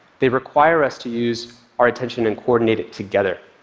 they require us to use our attention and coordinate it together.